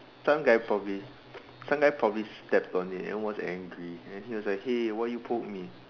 some guy probably some guy probably stepped on it and was angry then he was like hey why you poke me